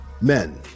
Men